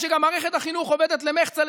וגם מערכת החינוך עובדת למחצה,